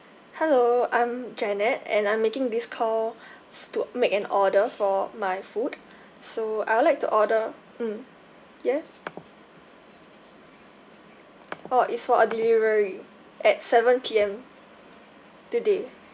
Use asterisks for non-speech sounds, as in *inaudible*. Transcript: hello I'm janet and I'm making this call *breath* to make an order for my food so I would like to order mm yeah oh is for a delivery at seven P_M today